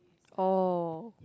oh